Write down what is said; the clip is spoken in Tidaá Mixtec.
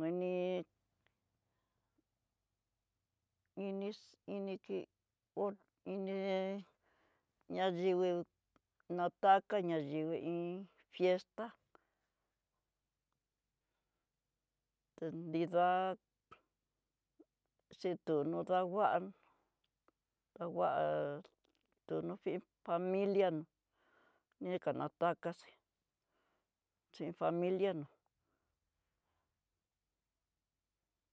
mini ini kii hó ini ña yivii ná taka ñá yivii ín fiesta tá nrida'a xitó'o no ndangua ndangua tonoxi familia nró ni kadataxí xin familia nó'o.